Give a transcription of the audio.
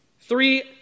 Three